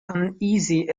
uneasy